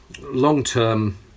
long-term